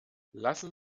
lassen